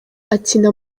akina